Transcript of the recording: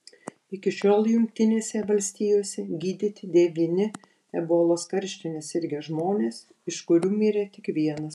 iki šiol jungtinėse valstijose gydyti devyni ebolos karštine sirgę žmonės iš kurių mirė tik vienas